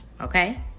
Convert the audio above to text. Okay